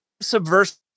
subversive